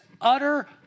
utter